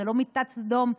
זו לא מידת סדום.